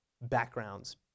backgrounds